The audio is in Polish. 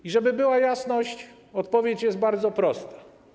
I żeby była jasność, odpowiedź jest bardzo prosta.